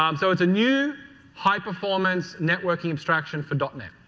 um so, it's a new high performance networking abstraction for dot net.